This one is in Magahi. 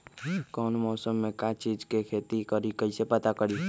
कौन मौसम में का चीज़ के खेती करी कईसे पता करी?